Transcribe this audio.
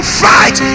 fight